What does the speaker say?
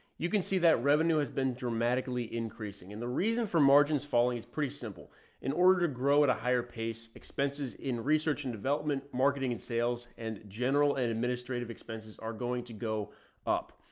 you can see that revenue has been dramatically increasing. and the reason for margins falling is pretty simple in order to grow at a higher pace expenses in research and development, marketing and sales and general and administrative expenses are going to go up.